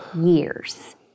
years